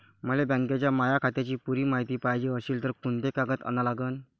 मले बँकेच्या माया खात्याची पुरी मायती पायजे अशील तर कुंते कागद अन लागन?